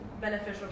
beneficial